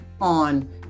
on